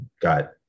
got